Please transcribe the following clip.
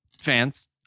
fans